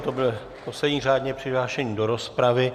To byl poslední řádně přihlášený do rozpravy.